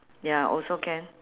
ya also can